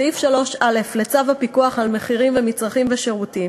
סעיף 3(א) לצו הפיקוח על מחירי מצרכים ושירותים